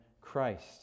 Christ